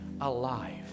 alive